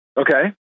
Okay